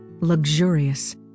luxurious